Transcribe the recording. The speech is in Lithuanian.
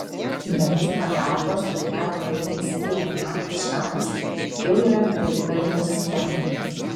dalis pagalbos kurią ukrainai skyrė nato šalys jau yra prie ukrainos sienų